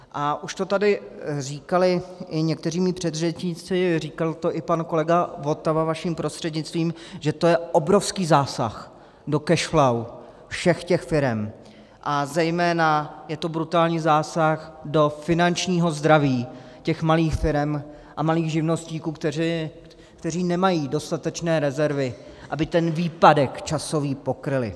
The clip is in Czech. A už to tady říkali i někteří mí předřečníci, říkal to i pan kolega Votava vaším prostřednictvím, že to je obrovský zásah do cash flow všech těch firem a zejména je to brutální zásah do finančního zdraví těch malých firem a malých živnostníků, kteří nemají dostatečné rezervy, aby ten časový výpadek pokryli.